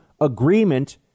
agreement